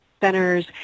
centers